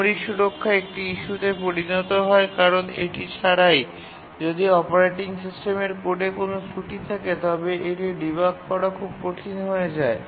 memory সুরক্ষা একটি ইস্যুতে পরিণত হয় কারণ এটি ছাড়াই যদি অপারেটিং সিস্টেমের কোডে কোনও ত্রুটি থাকে তবে এটি ডিবাগ করা খুব কঠিন হয়ে যায়